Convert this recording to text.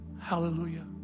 Hallelujah